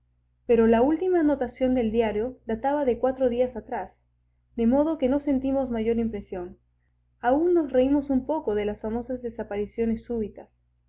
pero la última anotación del diario databa de cuatro días atrás de modo que no sentimos mayor impresión aún nos reímos un poco de las famosas desapariciones súbitas